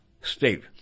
State